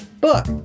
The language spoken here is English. Book